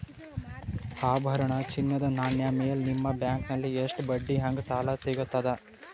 ಆಭರಣ, ಚಿನ್ನದ ನಾಣ್ಯ ಮೇಲ್ ನಿಮ್ಮ ಬ್ಯಾಂಕಲ್ಲಿ ಎಷ್ಟ ಬಡ್ಡಿ ಹಂಗ ಸಾಲ ಸಿಗತದ?